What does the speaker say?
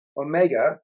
omega